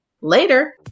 later